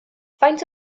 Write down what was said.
faint